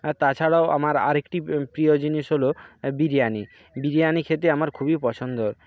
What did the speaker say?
আর তাছাড়ও আমার আর একটি প্রিয় জিনিস হল এ বিরিয়ানি বিরিয়ানি খেতে আমার খুবই পছন্দ